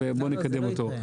בואו נקדם את זה.